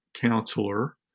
counselor